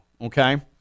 okay